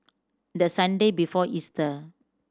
the Sunday before Easter